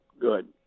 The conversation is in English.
Good